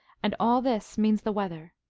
and all this means the weather,